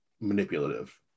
manipulative